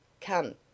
Come